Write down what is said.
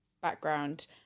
background